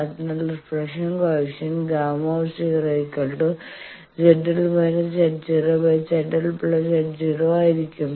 അതിനാൽ reflection coefficient Γ ZL Z0ZL Z0 ആയിരിക്കും